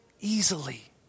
easily